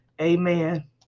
amen